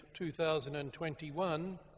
2021